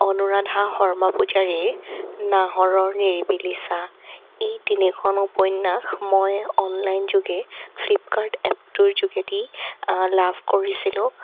অনুৰাধা শৰ্মা পূজাৰীৰ নাহৰৰ নিৰিবিলি ছাঁ এই তিনিখন উপন্যাস মই অনলাইনযোগে ফ্লিপকাৰ্ট এপটোৰ যোগেদি লাভ কৰিছিলোঁ